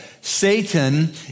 Satan